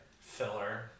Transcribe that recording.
Filler